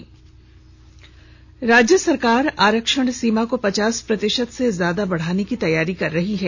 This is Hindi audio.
विघानसभा राज्य सरकार आरक्षण सीमा को पचास प्रतिशत से ज्यादा बढ़ाने की तैयारी कर रही है